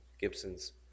Gibson's